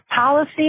policy